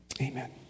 Amen